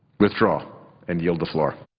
withdraw and yield the floor.